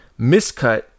miscut